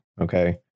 okay